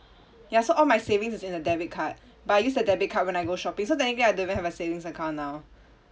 ya so all my savings was in the debit card but I use the debit card when I go shopping so technically I don't even have a savings account now